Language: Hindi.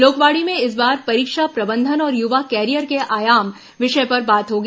लोकवाणी में इस बार परीक्षा प्रबंधन और युवा कैरियर के आयाम विषय पर बात होगी